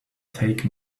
take